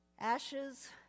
Ashes